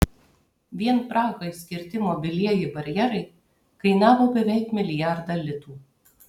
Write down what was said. vien prahai skirti mobilieji barjerai kainavo beveik milijardą litų